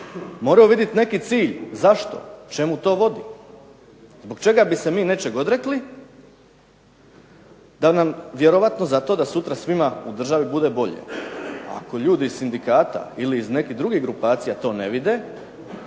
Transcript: moraju vidjet neki cilj, zašto, čemu to vodi. Zbog čega bi se mi nečeg odrekli, vjerojatno zato da sutra svima u državi bude bolje. Ako ljudi iz sindikata ili iz nekih drugih grupacija to ne vide